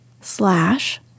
slash